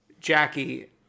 jackie